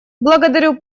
благодарю